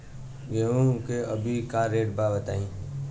गेहूं के अभी का रेट बा बताई?